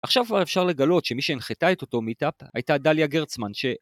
עכשיו כבר אפשר לגלות שמי שהנחתה את אותו מיטאפ, הייתה דליה גרצמן ש